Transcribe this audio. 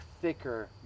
thicker